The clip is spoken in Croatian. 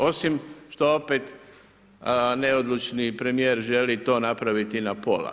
Osim što opet neodlučni premijer želi to napraviti na pola.